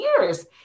years